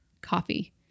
coffee